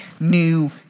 new